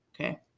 Okay